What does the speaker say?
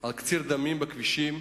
על קציר דמים בכבישים,